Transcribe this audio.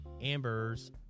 ambers